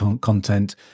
content